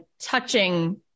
touching